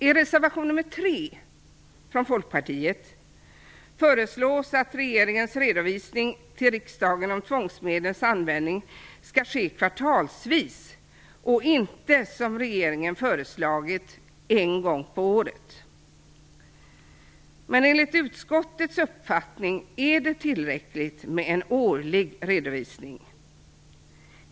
I reservation 3 från Folkpartiet föreslås att regeringens redovisning till riksdagen om tvångsmedlens användning skall ske kvartalsvis och inte, som regeringen föreslagit, en gång om året. Men enligt utskottets uppfattning är det tillräckligt med en årlig redovisning.